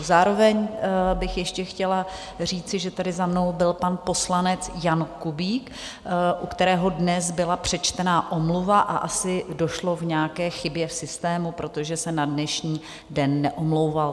Zároveň bych ještě chtěla říci, že tady za mnou byl pan poslanec Jan Kubík, u kterého dnes byla přečtena omluva, a asi došlo k nějaké chybě v systému, protože se na dnešní den neomlouval.